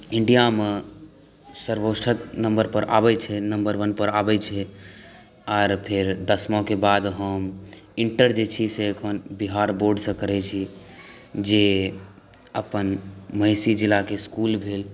India मे सर्वश्रेष्ठ number पर आबै छै नम्बर वन पर आबै छै आर फेर दसवां के बाद हम इन्टर जे छी से एखन बिहार बोर्ड सँ करै छी जे अपन महिषी जिलाके इसकुल भेल